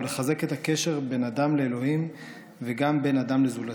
ולחזק את הקשר בין אדם לאלוהים וגם בין אדם לזולתו.